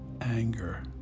anger